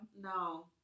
No